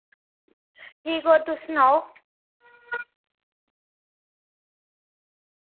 ठीक होर तुस सनाओ